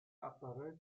apparait